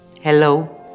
Hello